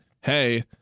hey